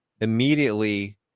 immediately